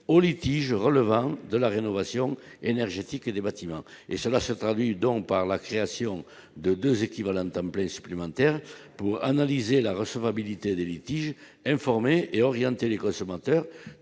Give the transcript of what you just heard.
aux litiges relevant de la rénovation énergétique des bâtiments, et cela se traduit donc par la création de 2 équivalents temps plein supplémentaires pour analyser la recevabilité des litiges, informer et orienter les consommateurs